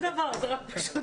שואל כדי